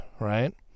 right